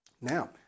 Now